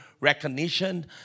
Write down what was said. Recognition